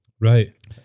Right